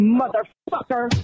motherfucker